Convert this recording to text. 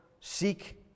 seek